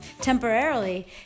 temporarily